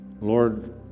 Lord